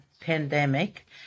pandemic